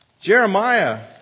Jeremiah